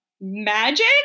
magic